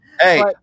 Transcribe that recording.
Hey